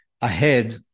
Ahead